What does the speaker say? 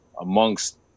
amongst